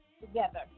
together